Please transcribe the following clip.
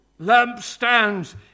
lampstands